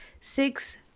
six